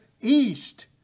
east